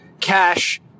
cash